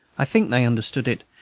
i think they understood it,